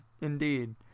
indeed